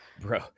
bro